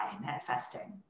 manifesting